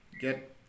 get